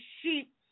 sheep